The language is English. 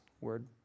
word